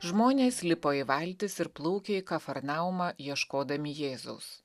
žmonės lipo į valtis ir plaukė į kafarnaumą ieškodami jėzaus